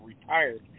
retired